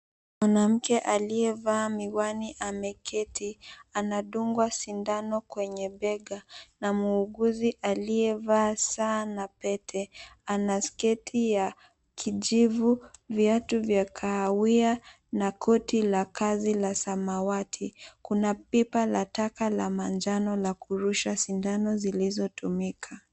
Mwanamke aliyevaa miwani ameketi, anadungwa sindano kwenye bega na muuguzi aliyevaa saa na pete. Ana sketi ya kijivu, viatu vya kahawia na koti la kazi la samawati. Kuna pipa la taka la manjano la kurusha sindano zilizotumika.